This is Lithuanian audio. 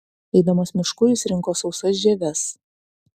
eidamas mišku jis rinko sausas žieves